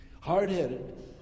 Hard-headed